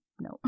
no